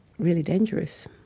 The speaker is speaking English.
really dangerous.